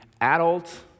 adult